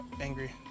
angry